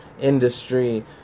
industry